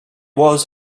was